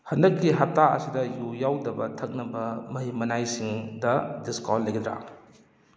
ꯍꯟꯗꯛꯀꯤ ꯍꯞꯇꯥ ꯑꯁꯤꯗ ꯌꯨ ꯌꯥꯎꯗꯕ ꯊꯛꯅꯕ ꯃꯍꯤ ꯃꯅꯥꯏꯁꯤꯡꯗ ꯗꯤꯁꯀꯥꯎꯟ ꯂꯩꯒꯗ꯭ꯔꯥ